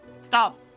Stop